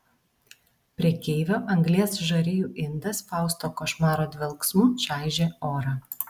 prekeivio anglies žarijų indas fausto košmaro dvelksmu čaižė orą